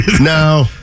no